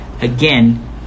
again